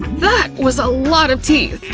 that was a lot of teeth.